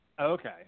Okay